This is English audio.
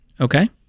Okay